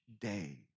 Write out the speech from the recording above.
day